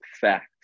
fact